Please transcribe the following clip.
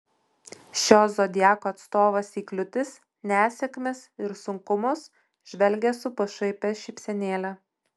šio zodiako atstovas į kliūtis nesėkmes ir sunkumus žvelgia su pašaipia šypsenėle